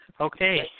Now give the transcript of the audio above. Okay